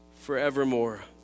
forevermore